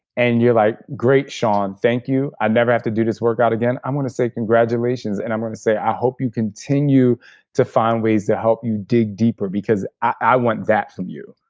and you're like, great, shaun thank you. i never have to do this work out again, i want to say congratulations. and i'm going to say, i hope you continue to find ways to help you dig deeper, because i want that from you.